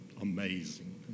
amazing